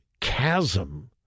chasm